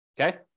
Okay